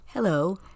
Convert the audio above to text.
Hello